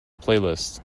playlist